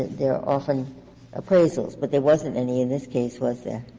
there are often appraisals, but there wasn't any in this case, was there?